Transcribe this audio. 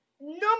number